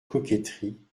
coquetterie